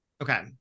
Okay